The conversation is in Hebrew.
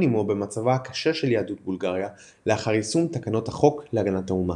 עמו במצבה הקשה של יהדות בולגריה לאחר יישום תקנות החוק להגנת האומה.